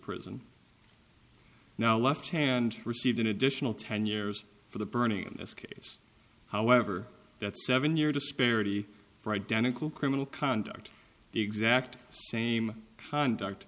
prison now left hand received an additional ten years for the burning in this case however that seven year disparity for identical criminal conduct the exact same conduct